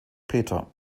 peter